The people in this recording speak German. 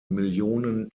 millionen